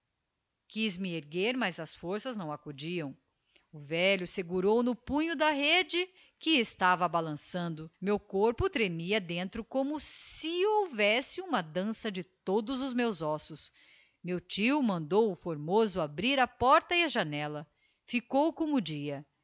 me erguer mas as forças não acudiam o velho segurou no punho da rede que estava balançando meu corpo tremia dentro como si houvesse uma dansa de todos os meus ossos meu tio mandou o formoso abrir a porta e a janella ficou como dia